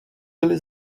byli